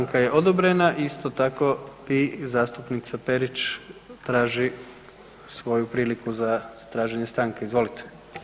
Stanka je odobrena i isto tako i zastupnica Perić traži svoju priliku za traženje stanke, izvolite.